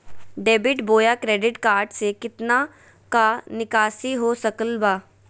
Debit बोया credit card से कितना का निकासी हो सकल बा?